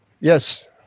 Yes